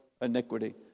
iniquity